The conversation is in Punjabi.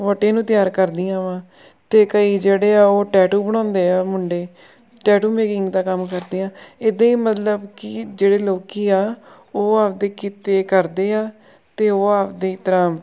ਵਹੁਟੀਆਂ ਨੂੰ ਤਿਆਰ ਕਰਦੀਆਂ ਵਾਂ ਅਤੇ ਕਈ ਜਿਹੜੇ ਆ ਉਹ ਟੈਟੂ ਬਣਾਉਂਦੇ ਆ ਮੁੰਡੇ ਟੈਟੂ ਮੇਕਿੰਗ ਦਾ ਕੰਮ ਕਰਦੇ ਆ ਇੱਦਾਂ ਹੀ ਮਤਲਬ ਕਿ ਜਿਹੜੇ ਲੋਕ ਆ ਉਹ ਆਪਦੇ ਕਿੱਤੇ ਕਰਦੇ ਆ ਅਤੇ ਉਹ ਆਪਦੀ ਤਰ੍ਹਾਂ